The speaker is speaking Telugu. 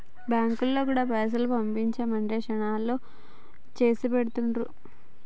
బాంకులోల్లు గూడా పైసలు పంపించుమంటే శనాల్లో చేసిపెడుతుండ్రు